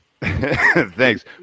Thanks